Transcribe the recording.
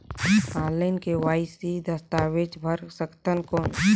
Online KYC दस्तावेज भर सकथन कौन?